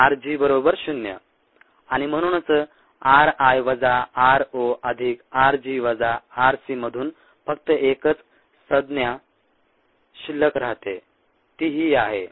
rg0 आणि म्हणूनच ri वजा ro अधिक rg वजा rc मधून फक्त एकच संज्ञा शिल्लक राहते ती ही आहे